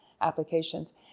applications